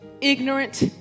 ignorant